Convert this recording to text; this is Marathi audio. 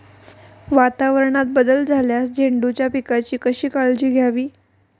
वातावरणात बदल झाल्यास झेंडूच्या पिकाची कशी काळजी घ्यावी?